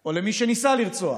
או למי שניסה לרצוח